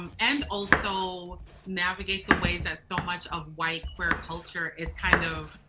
um and also navigate the ways that so much of white queer culture is kind of,